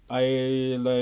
I like